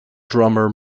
drummer